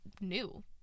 new